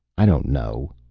i don't know,